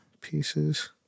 pieces